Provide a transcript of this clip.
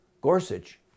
Gorsuch